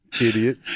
idiot